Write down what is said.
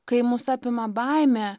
kai mus apima baimė